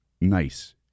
nice